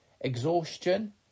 exhaustion